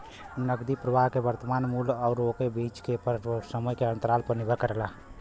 नकदी प्रवाह के वर्तमान मूल्य आउर ओकरे बीच के समय के अंतराल पर निर्भर करेला